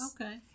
Okay